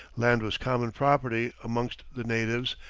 land was common property amongst the natives,